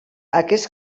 aquests